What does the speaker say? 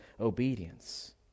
obedience